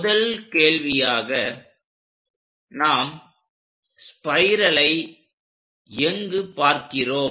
முதல் கேள்வியாக நாம் ஸ்பைரலை எங்கு பார்க்கிறோம்